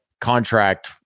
contract